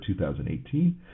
2018